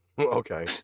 Okay